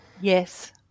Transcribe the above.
Yes